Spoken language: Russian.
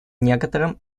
некоторым